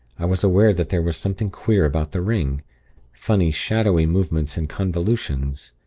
i was aware that there was something queer about the ring funny shadowy movements and convolutions.